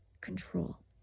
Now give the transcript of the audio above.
control